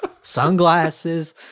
sunglasses